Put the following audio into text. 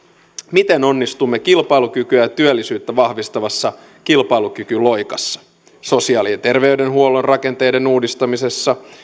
miten onnistumme kilpailukykyä ja työllisyyttä vahvistavassa kilpailukykyloikassa sosiaali ja terveydenhuollon rakenteiden uudistamisessa